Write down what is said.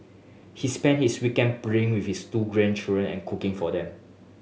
he spend his weekend playing with his two grandchildren and cooking for them